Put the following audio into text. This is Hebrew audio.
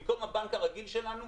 במקום הבנק הרגיל שלנו,